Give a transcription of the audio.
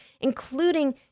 including